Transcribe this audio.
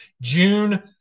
June